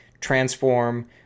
transform